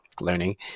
learning